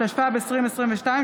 התשפ"ב 2022,